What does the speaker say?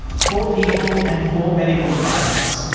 four people and four medical devices,